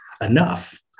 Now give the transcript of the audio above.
enough